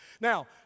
Now